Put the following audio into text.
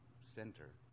center